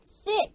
six